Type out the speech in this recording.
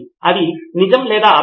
నితిన్ కురియన్ ఈ రిపోజిటరీ లోపల